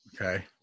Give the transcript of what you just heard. Okay